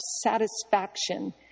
satisfaction